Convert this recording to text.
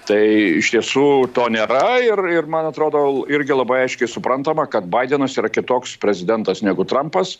tai iš tiesų to nėra ir ir man atrodo irgi labai aiškiai suprantama kad badenas yra kitoks prezidentas negu trampas